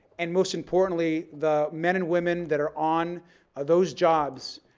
and most importantly the men and women that are on those jobs,